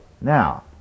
Now